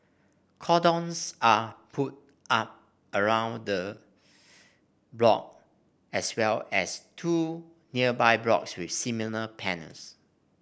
cordons are put up around the block as well as two nearby blocks with similar panels